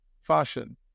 fashion